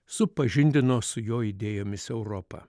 supažindino su jo idėjomis europą